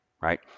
right